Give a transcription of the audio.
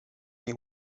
nie